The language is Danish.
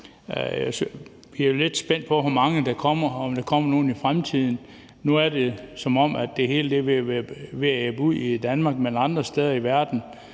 Vi er lidt spændt på, hvor mange der kommer – om der kommer nogen i fremtiden. Nu er det, som om det hele er ved at ebbe ud i Danmark, men andre steder i verden